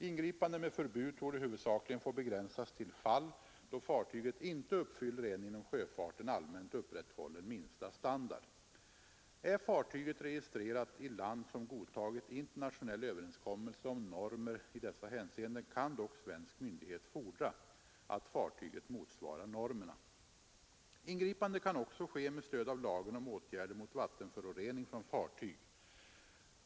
Ingripande med förbud torde huvudsakligen få begränsas till fall då fartyget inte uppfyller en inom sj upprätthållen minsta standard. Är fartyget registrerat i land som godtagit internationell överenskommelse om normer i dessa hänseenden, kan dock svensk myndighet fordra att fartyget motsvarar normerna. Ingripande kan också ske med stöd av lagen om rder mot vattenförorening från fartyg.